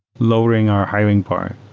lowering our hiring part.